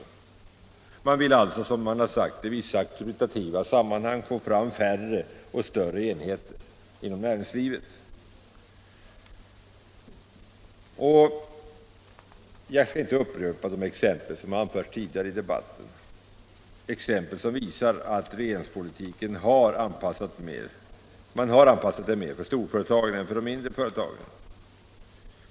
Regeringen vill också, som det har sagts i vissa auktoritativa sammanhang, få fram färre och större enheter inom näringslivet. Jag skall inte nämna de exempel som anförts tidigare i debatten, exempel som visar att regeringspolitiken har anpassats mer till storföretag än till mindre företag.